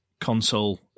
console